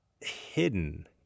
hidden